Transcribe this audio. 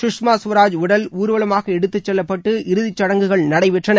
சுஷ்மா ஸ்வராஜ் உடல் ஊர்வலமாக எடுத்துச் செல்லப்பட்டு இறுதிச் சுடங்குகள் நடைபெற்றன